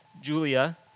Julia